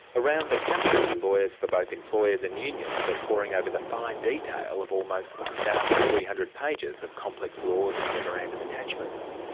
around the country, lawyers for both employers and unions are poring over the fine detail of the almost one thousand three hundred pages of complex laws and memorandum attachments.